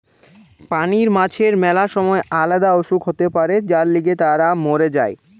পানির মাছের ম্যালা সময় আলদা অসুখ হতে পারে যার লিগে তারা মোর যায়